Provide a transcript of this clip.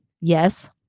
Yes